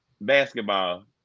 basketball